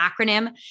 acronym